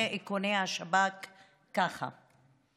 השב"כ כך: